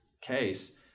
case